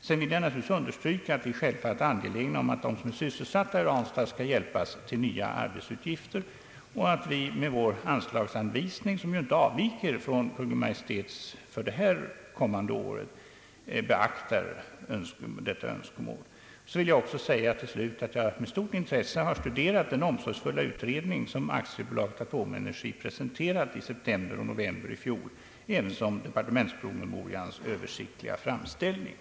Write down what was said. Jag vill vidare understryka att vi självfallet är angelägna om att de som är sysselsatta i Ranstad skall hjälpas till nya arbetsuppgifter och att vi med vår anslagsanvisning för nästa år — som ju icke avviker från Kungl. Maj:ts förslag — beaktar detta önskemål. Jag vill till slut säga att jag med stort intresse har studerat den omsorgsfulla utredning som AB Atomenergi presenterade i september och november i fjol ävensom departementspromemorians översiktliga framställning.